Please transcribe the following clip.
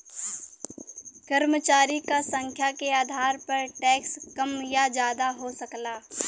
कर्मचारी क संख्या के आधार पर टैक्स कम या जादा हो सकला